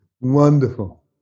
Wonderful